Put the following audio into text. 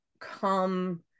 come